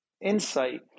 insight